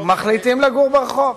מחליטים לגור ברחוב.